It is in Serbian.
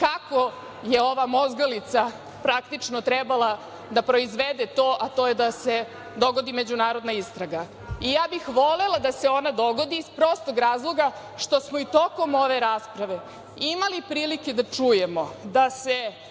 kako je ova mozgalica praktično trebala da proizvede to, a to je da se dogodi međunarodna istraga.I ja bih volela da se ona dogodi iz prostog razloga što smo i tokom ove rasprave imali prilike da čujemo da se